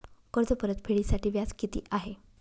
कर्ज परतफेडीसाठी व्याज किती आहे?